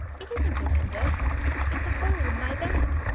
it isn't a window it's a hole in my bed.